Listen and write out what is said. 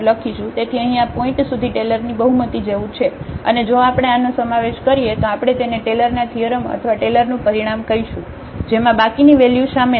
તેથી અહીં આ પોઇન્ટ સુધી ટેલરની બહુમતી જેવું છે અને જો આપણે આનો સમાવેશ કરીએ તો આપણે તેને ટેલરના થીઅરમ અથવા ટેલરનું પરિણામ કહીશું જેમાં બાકીની વેલ્યુ શામેલ છે